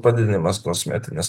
padalinimas kosmetinės